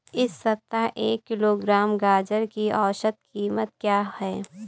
इस सप्ताह एक किलोग्राम गाजर की औसत कीमत क्या है?